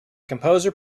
composer